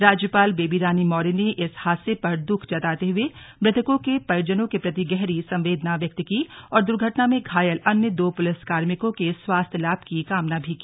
राज्यपाल बेबी रानी मौर्य ने इस हादसे पर दुख जताते हुए मृतकों के परिजनों के प्रति गहरी संवेदना व्यक्त की और दुर्घटना में घायल अन्य दो पुलिस कार्मिकों के स्वास्थ्य लाभ की कामना भी की